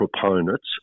proponents